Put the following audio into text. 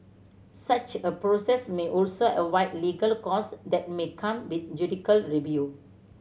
such a process may also legal costs that may come with judicial review